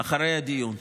אחרי הדיון.